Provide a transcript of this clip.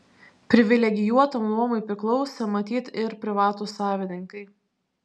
privilegijuotam luomui priklausė matyt ir privatūs savininkai